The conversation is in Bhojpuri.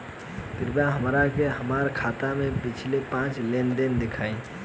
कृपया हमरा के हमार खाता के पिछला पांच लेनदेन देखाईं